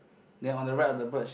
then on the right of the bird's